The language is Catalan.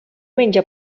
menja